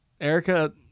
Erica